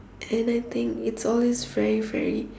and I think it's always very very